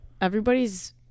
everybody's